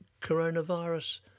coronavirus